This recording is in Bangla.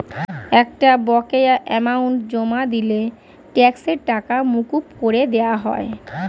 একটা বকেয়া অ্যামাউন্ট জমা দিলে ট্যাক্সের টাকা মকুব করে দেওয়া হয়